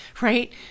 right